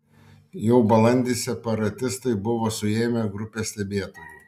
jau balandį separatistai buvo suėmę grupę stebėtojų